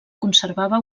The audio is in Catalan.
conservava